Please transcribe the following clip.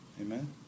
Amen